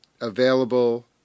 available